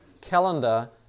calendar